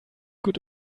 gut